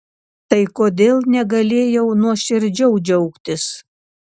tai kodėl negalėjau nuoširdžiau džiaugtis